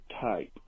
type